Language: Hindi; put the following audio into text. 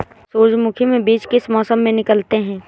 सूरजमुखी में बीज किस मौसम में निकलते हैं?